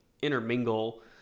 intermingle